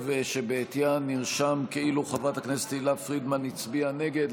שבעטייה נרשם כאילו חברת הכנסת תהלה פרידמן הצביעה נגד,